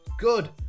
Good